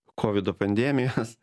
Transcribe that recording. kovido pandemijos